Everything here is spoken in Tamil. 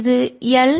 இது எல்